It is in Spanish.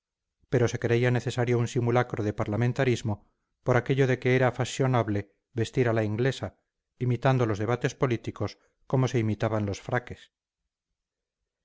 pero se creía necesario un simulacro de parlamentarismo por aquello de que era fashionable vestir a la inglesa imitando los debates políticos como se imitaban los fraques